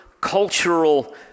cultural